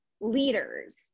leaders